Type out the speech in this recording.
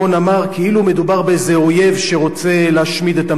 כאילו מדובר באיזה אויב שרוצה להשמיד את המדינה.